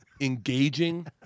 engaging